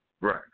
Right